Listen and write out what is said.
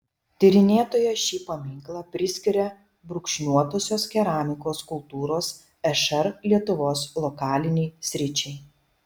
tyrinėtoja šį paminklą priskiria brūkšniuotosios keramikos kultūros šr lietuvos lokalinei sričiai